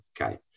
okay